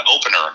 opener